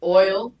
oil